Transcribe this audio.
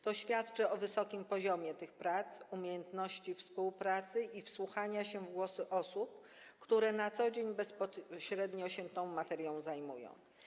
To świadczy o wysokim poziomie tych prac, umiejętności współpracy i wsłuchiwania się w głosy osób, które na co dzień bezpośrednio się tą materią zajmują.